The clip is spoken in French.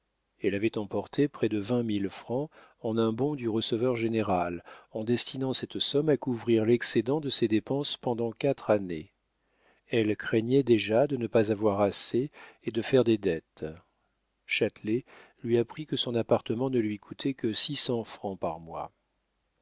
elle avait emporté près de vingt mille francs en un bon du receveur-général en destinant cette somme à couvrir l'excédant de ses dépenses pendant quatre années elle craignait déjà de ne pas avoir assez et de faire des dettes châtelet lui apprit que son appartement ne lui coûtait que six cents francs par mois